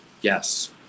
Yes